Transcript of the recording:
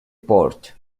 porte